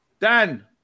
Dan